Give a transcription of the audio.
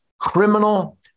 criminal